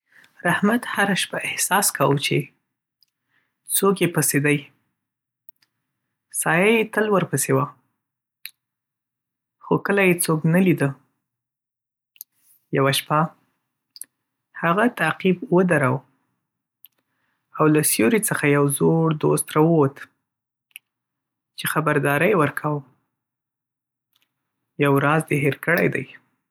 رحمت هره شپه احساس کاوه چې څوک یې پسې دی. سایه‌یې تل ورپسې وه، خو کله یې څوک نه لیده. یوه شپه، هغه تعقیب ودروه، او له سیورې څخه یو زوړ دوست راووت چې خبرداری یې ورکاوه: “یوه راز دې هېر کړی دی.”